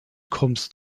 kommst